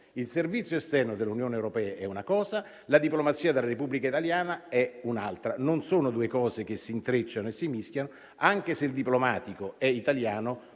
il servizio esterno dell'Unione europea è una cosa e la diplomazia della Repubblica italiana è un'altra: non sono due cose che si intrecciano e si mischiano. Anche se il diplomatico è italiano,